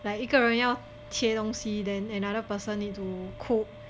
like 一个人要切东西 then another person need to cook